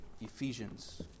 Ephesians